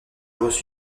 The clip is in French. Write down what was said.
reçu